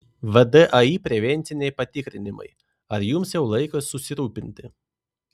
vdai prevenciniai patikrinimai ar jums jau laikas susirūpinti